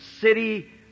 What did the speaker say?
city